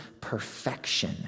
perfection